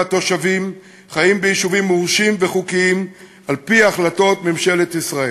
ומרבית התושבים חיים ביישובים מורשים וחוקיים על-פי החלטות ממשלת ישראל.